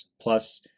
plus